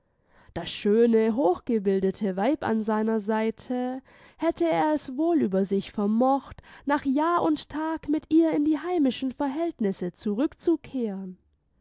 das schöne hochgebildete weib an seiner seite hätte er es wohl über sich vermocht nach jahr und tag mit ihr in die heimischen verhältnisse zurückzukehren